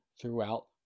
throughout